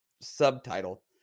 subtitle